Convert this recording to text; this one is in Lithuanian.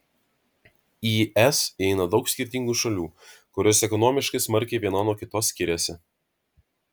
į es įeina daug skirtingų šalių kurios ekonomiškai smarkiai viena nuo kitos skiriasi